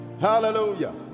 Hallelujah